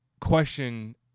question